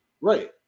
right